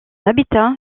habitat